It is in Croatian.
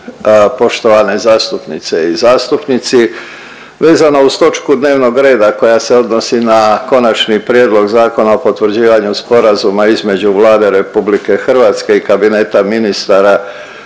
Poštovane zastupnice i zastupnici, vezano uz točku dnevnog reda koja se odnosi na Konačni prijedlog Zakona o potvrđivanju sporazuma između Vlade Republike Hrvatske i Kabineta ministara